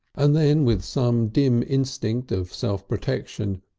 and then with some dim instinct of self-protection,